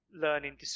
learning